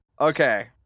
Okay